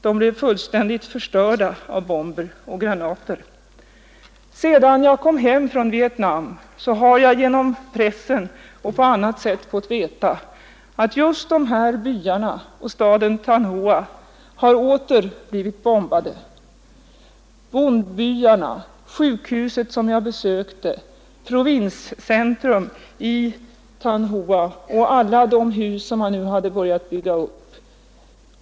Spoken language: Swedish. De blev fullständigt förstörda av bomber och granater.” Sedan jag kom hem från Vietnam har jag genom pressen och på annat sätt fått veta att just de här byarna och staden Than Hoa åter blivit bombade — bondbyarna, sjukhuset som jag besökte, provinscentrum i Than Hoa och alla de hus som man hade börjat bygga upp.